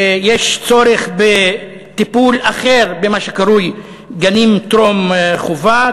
יש צורך בטיפול אחר במה שקרוי גני טרום-חובה.